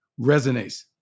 resonates